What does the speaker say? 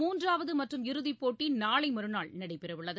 மூன்றாவது மற்றும் இறுதிப்போட்டி நாளை மறுநாள் நடைபெறவுள்ளது